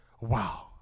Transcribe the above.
wow